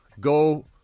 go